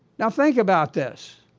now think about this.